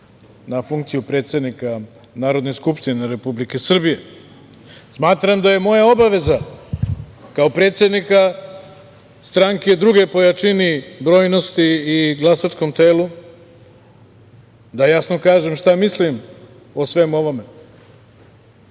na funkciju predsednika Narodne skupštine Republike Srbije. Smatram da je moja obaveza kao predsednika stranke druge po jačini, brojnosti i glasačkom telu da jasno kažem šta mislim o svemu